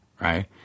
right